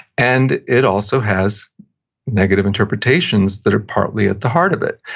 and it also has negative interpretations that are partly at the heart of it,